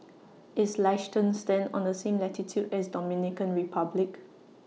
IS Liechtenstein on The same latitude as Dominican Republic